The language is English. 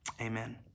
amen